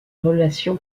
relation